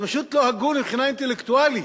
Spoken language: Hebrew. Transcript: זה פשוט לא הגון מבחינה אינטלקטואלית.